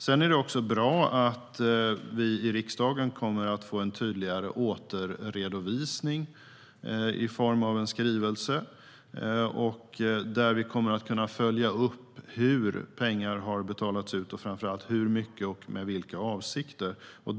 Det är också bra att vi i riksdagen kommer att få en tydligare återredovisning i form av en skrivelse där vi kommer att kunna följa upp hur pengar har betalats ut och framför allt hur mycket och med vilka avsikter.